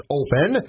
open